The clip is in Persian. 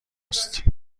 است